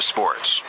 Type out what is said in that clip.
Sports